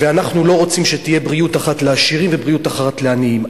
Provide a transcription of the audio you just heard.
ואנחנו לא רוצים שתהיה בריאות אחת לעשירים ובריאות אחת לעניים.